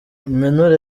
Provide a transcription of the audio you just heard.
impenure